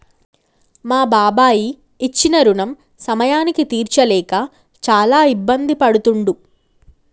మా బాబాయి ఇచ్చిన రుణం సమయానికి తీర్చలేక చాలా ఇబ్బంది పడుతుండు